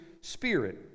Spirit